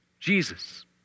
jesus